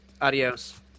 adios